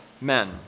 men